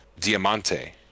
diamante